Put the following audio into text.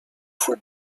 full